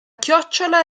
chiocciola